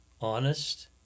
honest